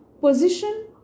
Position